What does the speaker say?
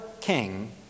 king